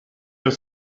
your